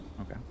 Okay